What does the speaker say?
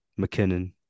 McKinnon